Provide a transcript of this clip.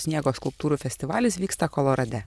sniego skulptūrų festivalis vyksta kolorade